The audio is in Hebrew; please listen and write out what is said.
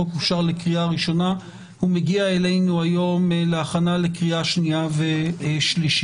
החוק אושר לקריאה ראשונה ומגיע אלינו היום להכנה לקריאה שניה ושלישית.